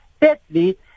Thirdly